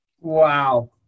Wow